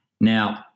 Now